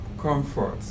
comfort